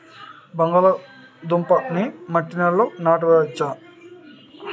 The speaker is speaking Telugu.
బంగాళదుంప నీ మట్టి నేలల్లో నాట వచ్చా?